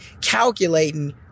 calculating